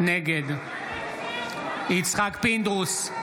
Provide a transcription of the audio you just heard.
נגד יצחק פינדרוס,